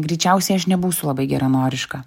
greičiausiai aš nebūsiu labai geranoriška